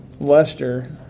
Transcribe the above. Lester